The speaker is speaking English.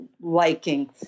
liking